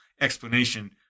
explanation